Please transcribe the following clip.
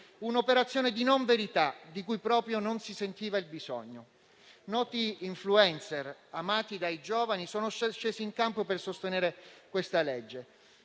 un'operazione di non verità di cui proprio non si sentiva il bisogno. Noti *influencer* amati dai giovani sono scesi in campo per sostenere questa legge.